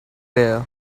there